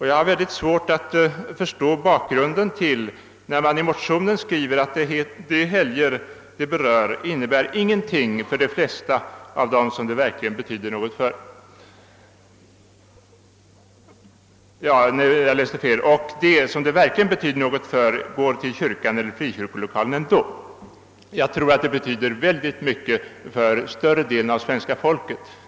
Jag har mycket svårt att förstå bakgrunden till att det skrivs i motionen: »De helger det berör innebär ingenting för de flesta och de som det verkligen betyder något för går till kyrkan eller frikyrkolokalen ändå.» Jag tror att de kyrkliga högtiderna betyder väldigt mycket för större delen av svenska folket.